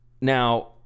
Now